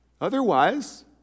otherwise